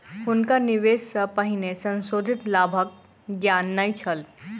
हुनका निवेश सॅ पहिने संशोधित लाभक ज्ञान नै छल